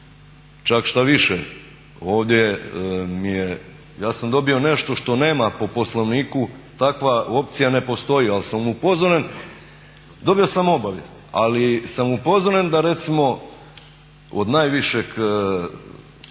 Čak štaviše, ovdje mi je, ja sam dobio nešto što nema po Poslovniku, takva opcija ne postoji. Ali sam upozoren, dobio sam obavijest. Ali sam upozoren da recimo od najvišeg